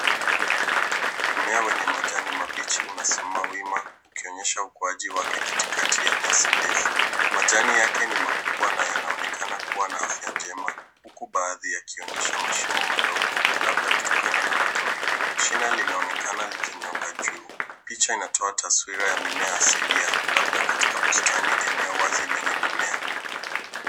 Mmea wenye majani mabichi unasimama wima ukionyesha ukuaji wake katikati ya nyasi ndefu. Majani yake ni makubwa na yanaonekana kuwa na afya njema huku baadhi yakionyesha mashimo madogo labda kutokana na wadudu. Shina linaonekana likinyoka juu. Picha inatoa taswira ya mimea asili ya labda katika bustani, eneo wazi lenye mimea.